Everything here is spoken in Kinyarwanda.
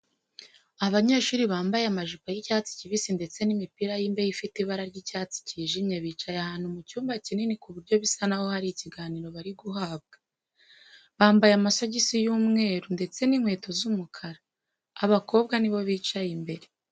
Abanyeshuri bambaye amajipo y'icyatsi kibisi ndetse n'imipira y'imbeho ifite ibara r'icyatdi kijimye bicaye ahantu mu cyumba kinini ku buryo bisa n'aho hari ikiganiro bari guhabwa. Bambaye amasogisi y'umwetu ndetse n'inkewto z'umukara. Abakobwa ni bo bicaye imbere.